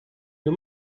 you